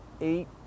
eight